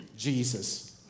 Jesus